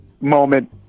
moment